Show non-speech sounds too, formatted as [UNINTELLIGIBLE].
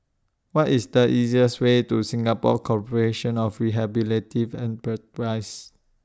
What IS The easiest Way to Singapore Corporation of [UNINTELLIGIBLE]